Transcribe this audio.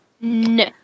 No